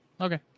Okay